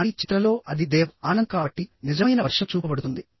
కానీ చిత్రంలో అది దేవ్ ఆనంద్ కాబట్టి నిజమైన వర్షం చూపబడుతుంది